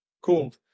cool